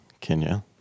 Kenya